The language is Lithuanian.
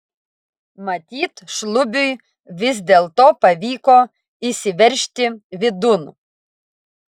matyt šlubiui vis dėlto pavyko įsiveržti vidun